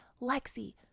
lexi